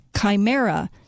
chimera